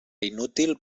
inútil